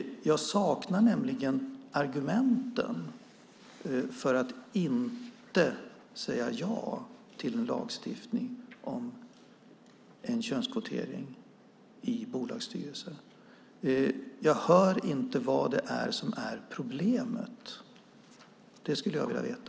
Jag saknar nämligen argument för att inte säga ja till en lagstiftning om könskvotering i bolagsstyrelser. Jag hör inte vad det är som är problemet. Det skulle jag vilja veta.